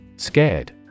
Scared